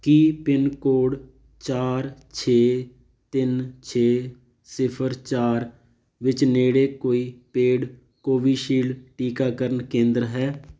ਕੀ pincode ਚਾਰ ਛੇ ਤਿੰਨ ਛੇ ਸਿਫਰ ਚਾਰ ਵਿੱਚ ਨੇੜੇ ਕੋਈ ਪੇਡ ਕੋਵਿਸ਼ਿਲਡ ਟੀਕਾਕਰਨ ਕੇਂਦਰ ਹੈ